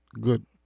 good